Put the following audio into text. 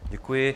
Děkuji.